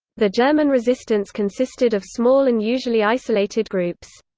the german resistance consisted of small and usually isolated groups.